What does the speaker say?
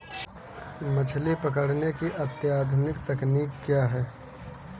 मछली पकड़ने की अत्याधुनिक तकनीकी क्या है?